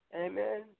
Amen